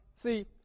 see